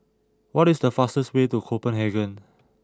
what is the fastest way to Copenhagen